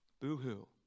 Boo-hoo